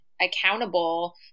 accountable